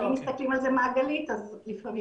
אבל אם מסתכלים על זה מעגלית אז לפעמים